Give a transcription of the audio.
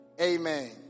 Amen